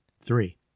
Three